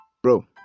Bro